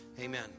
Amen